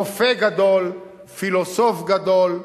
רופא גדול, פילוסוף גדול,